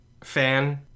fan